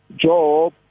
Job